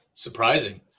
Surprising